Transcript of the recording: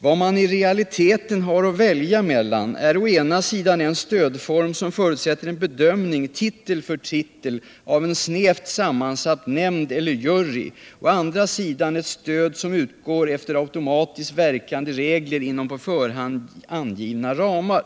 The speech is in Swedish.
"Vad man i realiteten har att välja mellan är å ena sidan en stödform som förutsätter en bedömning, titel för titel, av en snävt sammansatt nämnd eller jury, å andra sidan ett stöd som utgår 'efter automatiskt verkande regler inom på förhand angivna ramar”.